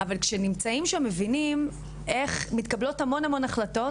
אבל כשנמצאים שמבינים איך מתקבלות המון החלטות,